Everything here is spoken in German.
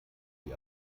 die